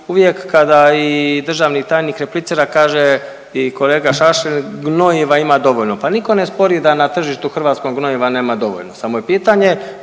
uvijek kada i državni tajnik replicira kaže i kolega Šašlin gnojiva ima dovoljno, pa niko ne spori da na tržištu hrvatskom gnojiva nema dovoljno, samo je pitanje